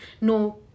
no